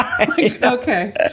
Okay